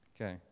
Okay